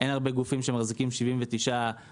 אין הרבה גופים שמחזיקים 79 עובדים.